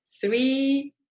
Three